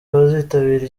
abazitabira